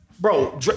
Bro